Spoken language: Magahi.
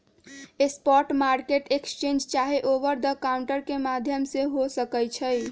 स्पॉट मार्केट एक्सचेंज चाहे ओवर द काउंटर के माध्यम से हो सकइ छइ